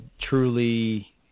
truly